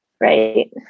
right